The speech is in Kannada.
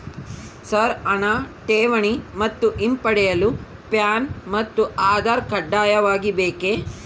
ಸರ್ ಹಣ ಠೇವಣಿ ಮತ್ತು ಹಿಂಪಡೆಯಲು ಪ್ಯಾನ್ ಮತ್ತು ಆಧಾರ್ ಕಡ್ಡಾಯವಾಗಿ ಬೇಕೆ?